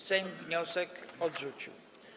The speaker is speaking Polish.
Sejm wniosek odrzucił.